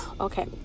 Okay